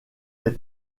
les